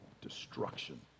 destruction